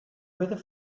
weather